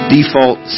default